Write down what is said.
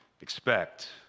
Expect